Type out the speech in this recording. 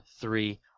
three